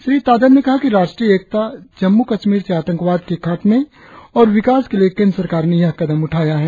श्री तादर ने कहा कि राष्ट्रीय एकता जम्मू कश्मीर से आतंकवाद के खात्में और विकास के लिए केंद्र सरकार ने यह कदम उठाया है